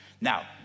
Now